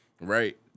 right